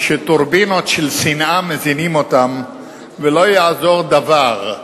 שטורבינות של שנאה מזינות אותם ולא יעזור דבר,